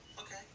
okay